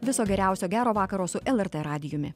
viso geriausio gero vakaro su lrt radijumi